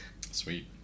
sweet